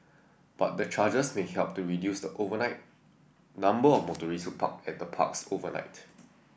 but the charges may help to reduce the overnight number of motorists who park at the parks overnight